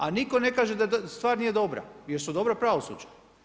A nitko ne kaže da stvar nije dobra jer su dobra pravosuđa.